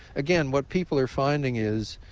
again, what people are finding is